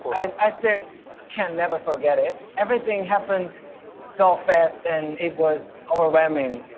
i still can never forget it. everything happened so fast, and it was overwhelming.